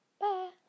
Bye